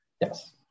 yes